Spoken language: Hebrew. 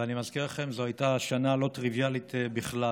ואני מזכיר לכם שזו הייתה שנה לא טריוויאלית בכלל.